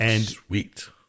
Sweet